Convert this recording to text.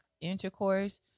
intercourse